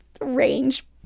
range